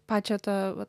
pačią tą va